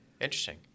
Interesting